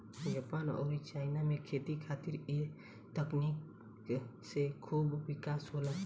Japan अउरी China में खेती खातिर ए तकनीक से खूब विकास होला